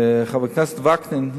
וחבר הכנסת וקנין,